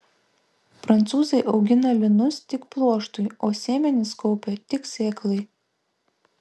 prancūzai augina linus tik pluoštui o sėmenis kaupia tik sėklai